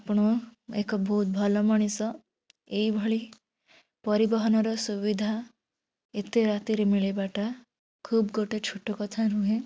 ଆପଣ ଏକ ବହୁତ ଭଲ ମଣିଷ ଏହିଭଳି ପରିବହନର ସୁବିଧା ଏତେ ରାତିରେ ମିଳିବାଟା ଖୁବ୍ ଗୋଟେ ଛୋଟ କଥା ନୁହେଁ